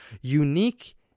Unique